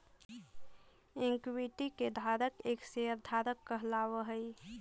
equity के धारक एक शेयर धारक कहलावऽ हइ